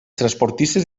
transportistes